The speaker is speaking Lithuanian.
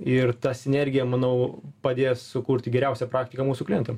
ir ta sinergija manau padės sukurti geriausią praktiką mūsų klientam